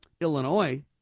Illinois